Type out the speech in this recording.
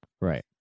right